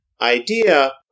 idea